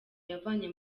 yavanye